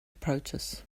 approaches